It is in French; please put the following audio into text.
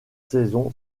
saison